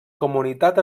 comunitat